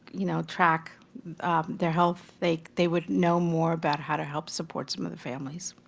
you know, track their health, they they would know more about how to help support some of the families.